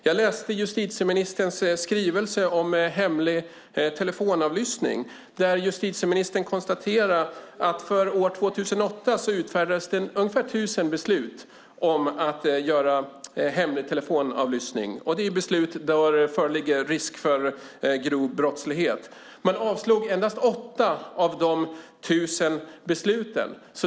Jag läste justitieministerns skrivelse om hemlig telefonavlyssning där justitieministern konstaterar att det för år 2008 utfärdades ungefär 1 000 beslut om hemlig telefonavlyssning. Det är beslut som gäller fall där det föreligger risk för grov brottslighet. Man avslog i endast 8 av 1 000 fall.